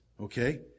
okay